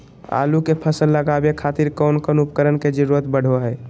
आलू के फसल लगावे खातिर कौन कौन उपकरण के जरूरत पढ़ो हाय?